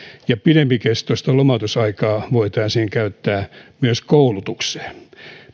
ja pidempikestoista lomautusaikaa voitaisiin käyttää myös koulutukseen